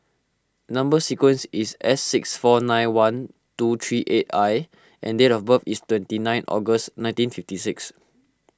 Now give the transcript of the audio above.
Number Sequence is S six four nine one two three eight I and date of birth is twenty nine August nineteen fifty six